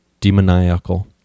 demoniacal